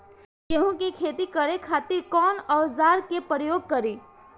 गेहूं के खेती करे खातिर कवन औजार के प्रयोग करी?